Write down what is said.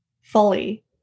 fully